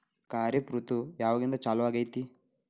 ಖಾರಿಫ್ ಋತು ಯಾವಾಗಿಂದ ಚಾಲು ಆಗ್ತೈತಿ?